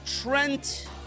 Trent